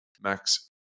max